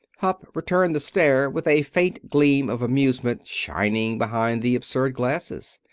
hupp returned the stare with a faint gleam of amusement shining behind the absurd glasses.